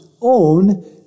own